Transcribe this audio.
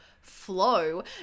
flow